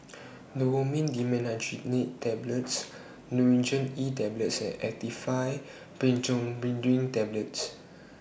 Novomin Dimenhydrinate Tablets Nurogen E Tablet and Actifed Tablets